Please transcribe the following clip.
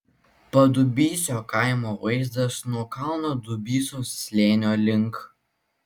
padubysio kaimo vaizdas nuo kalno dubysos slėnio link